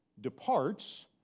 departs